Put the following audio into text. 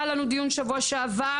היה לנו דיון בשבוע שעבר,